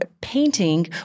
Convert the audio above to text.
painting